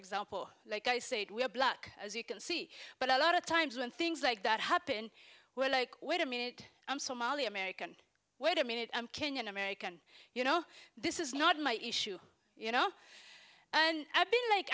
example like i say we are black as you can see but a lot of times when things like that happen we're like wait a minute i'm somali american wait a minute i'm kenyan american you know this is not my issue you know and i